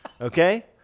okay